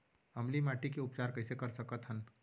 अम्लीय माटी के उपचार कइसे कर सकत हन?